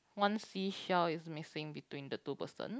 one seashell is missing between the two person